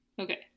Okay